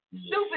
Stupid